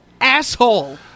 asshole